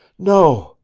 no,